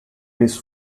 least